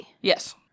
Yes